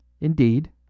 Indeed